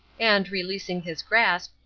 and, releasing his grasp,